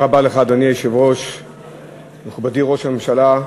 אדוני היושב-ראש, תודה רבה לך, מכובדי ראש הממשלה,